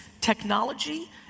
technology